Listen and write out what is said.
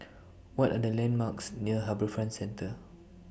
What Are The landmarks near HarbourFront Centre